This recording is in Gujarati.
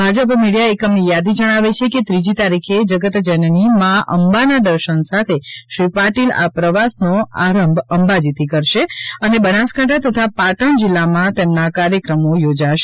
ભાજપ મીડિયા એકમ ની યાદી જણાવે છે કે ત્રીજી તારીખે જગત જનની માં અંબાના દર્શન સાથે શ્રી પાટિલ આ પ્રવાસનો આરંભ અંબાજીથી કરશે અને બનાસકાંઠા તથા પાટણ જિલ્લામાં તેમના કાર્યકરમો યોજાશે